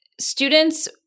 students